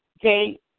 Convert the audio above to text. okay